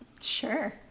sure